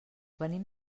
venim